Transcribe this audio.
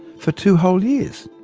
for two whole years.